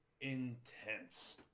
intense